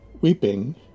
weeping